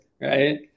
Right